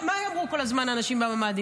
מה אמרו כל הזמן האנשים בממ"דים?